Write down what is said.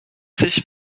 sich